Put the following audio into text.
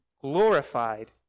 glorified